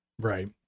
Right